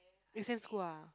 in same school ah